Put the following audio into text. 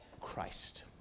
Christ